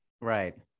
Right